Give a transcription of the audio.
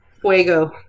Fuego